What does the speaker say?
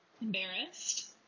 Embarrassed